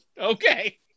Okay